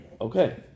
okay